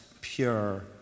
pure